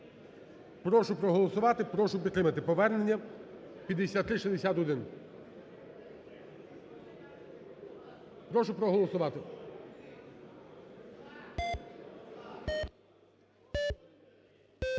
Прошу проголосувати, прошу підтримати повернення 5361. Прошу проголосувати.